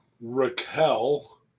Raquel